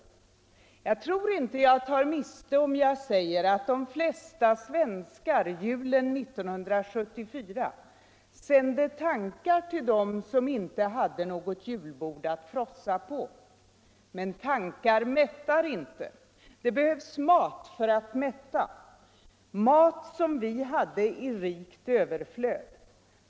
Jag tror inte jag tar miste om jag säger att de flesta svenskar julen 1974 sände tankar till dem som inte hade något julbord att frossa på. Men tankar mättar inte. Det behövs mat för att mätta — mat som vi hade i rikt överflöd.